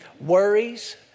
worries